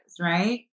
right